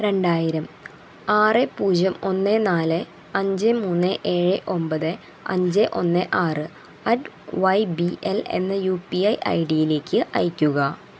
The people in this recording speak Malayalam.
രണ്ടായിരം ആറ് പൂജ്യം ഒന്ന് നാല് അഞ്ച് മൂന്ന് ഏഴ് ഒമ്പത് അഞ്ച് ഒന്ന് ആറ് അറ്റ് വൈ ബി എൽ എന്ന യു പി ഐ ഐ ഡിയിലേക്ക് അയയ്ക്കുക